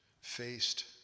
faced